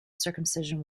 circumcision